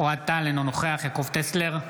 אוהד טל, אינו נוכח יעקב טסלר,